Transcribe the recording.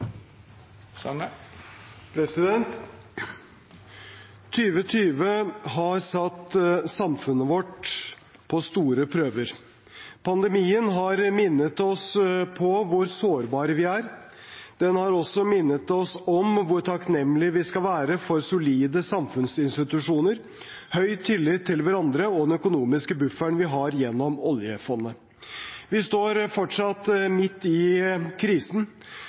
Den har også minnet oss om hvor takknemlige vi skal være for solide samfunnsinstitusjoner, høy tillit til hverandre og den økonomiske bufferen vi har gjennom Oljefondet. Vi står fortsatt midt i krisen,